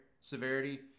severity